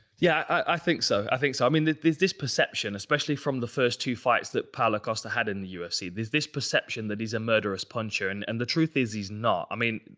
yeah, i think so. i think so. i mean this this perception, especially from the first two fights that paulo costa had in the ufc, this this perception that he's a murderous puncher, and and the truth is he's not. i mean,